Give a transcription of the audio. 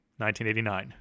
1989